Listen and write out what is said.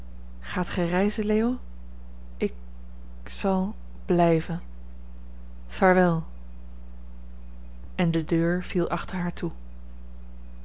gaat gij reizen leo ik zal blijven vaarwel en de deur viel achter haar toe